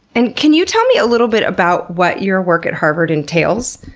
and can you tell me a little bit about what your work at harvard entails,